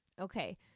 okay